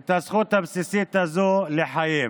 את הזכות הבסיסית הזאת לחיים.